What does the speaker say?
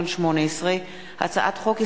פ/3372/18 וכלה בהצעת חוק פ/3397/18,